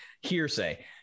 hearsay